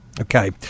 Okay